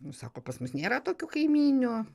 nu sako pas mus nėra tokių kaimynių